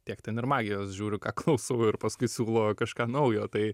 tiek ten ir magijos žiūri ką klausau ir paskui siūlo kažką naujo tai